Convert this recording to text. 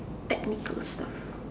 technical stuff